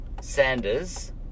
Sanders